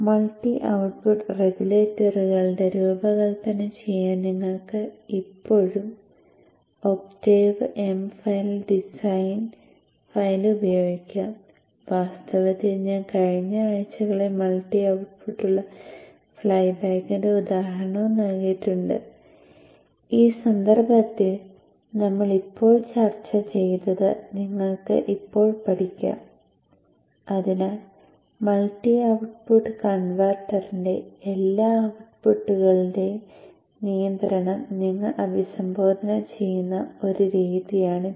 multi output റെഗുലേറ്ററുകളുടെ രൂപകൽപ്പന ചെയ്യാൻ നിങ്ങൾക്ക് ഇപ്പോഴും രീതിയാണിത്